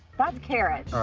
that's carrot.